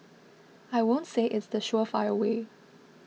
I won't say it's the surefire way